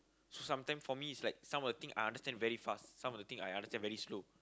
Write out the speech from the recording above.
sometime for me is like some of the thing I understand very fast some of the thing I understand very slow